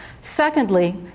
Secondly